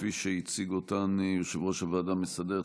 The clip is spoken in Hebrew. כפי שהציג אותן יושב-ראש הוועדה המסדרת,